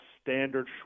standard